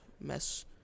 mess